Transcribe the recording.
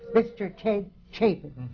mr. ted chapin!